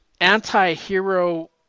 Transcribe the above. anti-hero